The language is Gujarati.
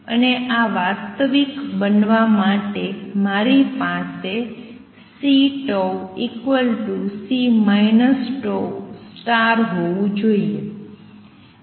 અને આ વાસ્તવિક બનવા માટે મારી પાસે C C τ હોવુ જોઈએ